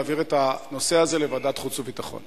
להעביר את הנושא הזה לוועדת החוץ והביטחון.